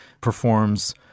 performs